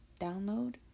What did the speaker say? download